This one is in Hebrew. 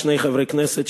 שני חברי הכנסת,